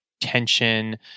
tension